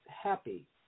happy